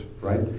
right